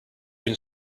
been